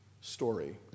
story